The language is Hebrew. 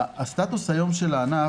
הסטטוס של הענף היום,